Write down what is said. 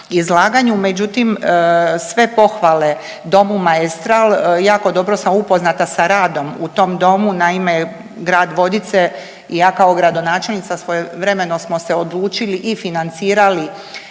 izlaganju, međutim sve pohvale Domu Maestral, jako dobro sam upoznata sa radom u tom domu. Naime, grad Vodice i ja kao gradonačelnica svojevremeno smo se odlučili i financirali